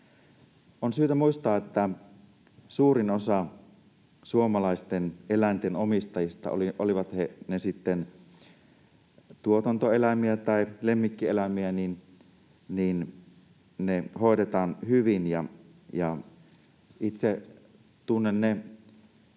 On syytä muistaa, että suurin osa suomalaisten eläinten omistajista, olivat ne sitten tuotantoeläimiä tai lemmikkieläimiä, hoitaa eläimet hyvin. Itse tuntemistani